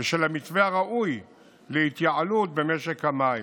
ושל המתווה הראוי להתייעלות במשק המים.